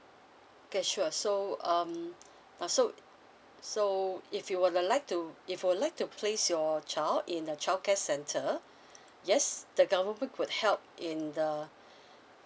okay sure so um but so so if you would like to if you would like to place your child in a childcare center yes the government would help in the